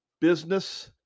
Business